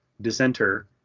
dissenter